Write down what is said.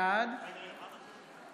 בעד